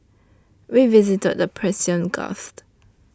we visited the Persian Gulf